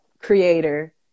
creator